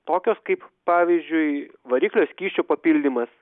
tokios kaip pavyzdžiui variklio skysčių papildymas